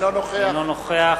אינו נוכח